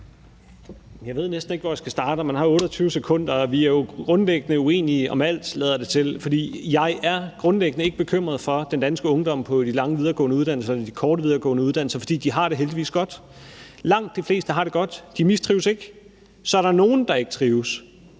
Jeg ved næsten ikke, hvor jeg skal starte, og jeg har 28 sekunder. Vi er jo grundlæggende uenige om alt, lader det til, for jeg er grundlæggende ikke bekymret for den danske ungdom på de lange videregående uddannelser og på de korte videregående uddannelser, for de har det heldigvis godt. Langt de fleste har det godt. De mistrives ikke. Så er der nogle, der ikke trives.